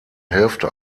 hälfte